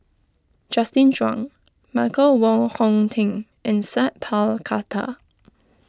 Justin Zhuang Michael Wong Hong Teng and Sat Pal Khattar